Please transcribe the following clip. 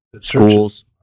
schools